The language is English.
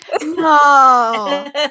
No